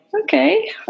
okay